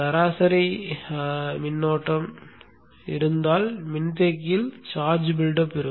சராசரி மின்னோட்டம் இருந்தால் மின்தேக்கத்தில் சார்ஜ் பில்ட் அப் இருக்கும்